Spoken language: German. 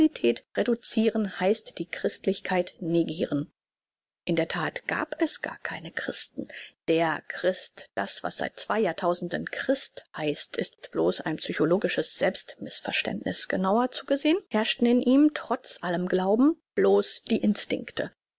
reduciren heißt die christlichkeit negiren in der that gab es gar keine christen der christ das was seit zwei jahrtausenden christ heißt ist bloß ein psychologisches selbst mißverständniß genauer zugesehn herrschten in ihm trotz allem glauben bloß die instinkte